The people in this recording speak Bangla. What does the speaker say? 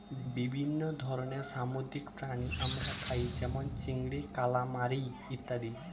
বিভিন্ন ধরনের সামুদ্রিক প্রাণী আমরা খাই যেমন চিংড়ি, কালামারী ইত্যাদি